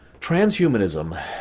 Transhumanism